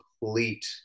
complete